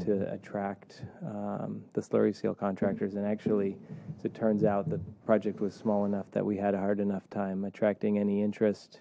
to attract the slurry scale contractors and actually it turns out the project was small enough that we had a hard enough time attracting any interest